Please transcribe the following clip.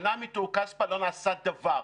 שנה מטור-כספא לא נעשה דבר.